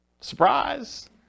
Surprise